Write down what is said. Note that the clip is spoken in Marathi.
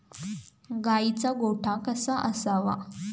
गाईचा गोठा कसा असावा?